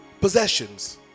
possessions